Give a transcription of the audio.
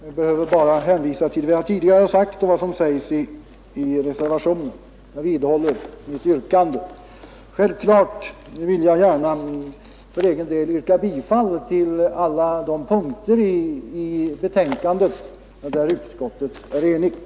Jag behöver bara hänvisa till vad jag tidigare sagt och till vad som anförs i reservationen. Jag vidhåller mitt yrkande beträffande reservationerna. Självfallet vill jag för egen del yrka bifall till utskottets hemställan på alla de punkter i betänkandet där utskottet är enigt.